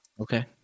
Okay